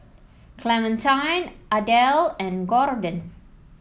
Clementine Adel and Gordon